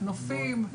נופים.